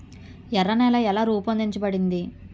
ఎర్ర నేల ఎలా రూపొందించబడింది?